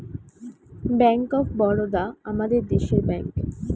bank of Baroda আমাদের দেশের bank